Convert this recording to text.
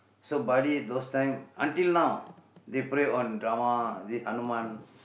so Bali those time until now they pray on drama Hanuman